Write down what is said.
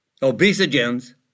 Obesogens